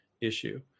issue